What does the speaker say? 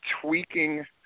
tweaking